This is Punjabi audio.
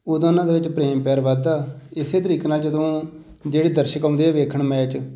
ਉਦੋਂ ਉਹਨਾਂ ਦੇ ਵਿੱਚ ਪ੍ਰੇਮ ਪਿਆਰ ਵੱਧਦਾ ਇਸ ਤਰੀਕੇ ਨਾਲ ਜਦੋਂ ਜਿਹੜੇ ਦਰਸ਼ਕ ਆਉਂਦੇ ਹੈ ਵੇਖਣ ਮੈਚ